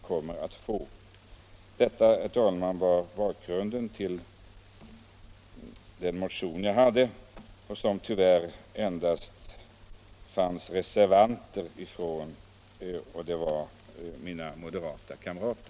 Detta, herr talman, är bakgrunden till den motion som jag väckt och som tyvärr endast mina moderata kamrater har reserverat sig för.